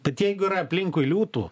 bet jeigu yra aplinkui liūtų